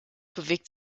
bewegt